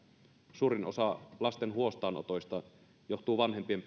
suurin osa lasten huostaanotoista johtuu vanhempien